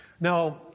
Now